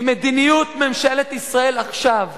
כי מדיניות ממשלת ישראל עכשיו